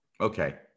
Okay